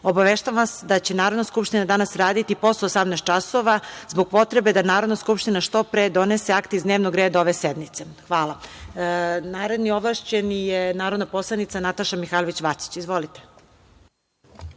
obaveštavam vas da će Narodna skupština danas raditi i posle 18.00 časova, zbog potrebe da Narodna skupština što pre donese akta iz dnevnogreda ove sednice. Naredni ovlašćeni je narodna poslanica Nataša Mihajlović Vacić. Izvolite.